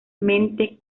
conocidos